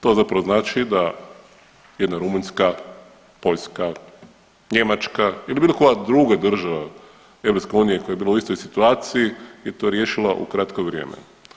To zapravo znači da jedna Rumunjska, Poljska, Njemačka ili bilo koja druga država EU koja je bila u istoj situaciji je to riješila u kratko vrijeme.